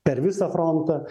per visą frontą